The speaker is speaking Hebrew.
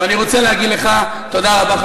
ואני רוצה להגיד לך תודה רבה,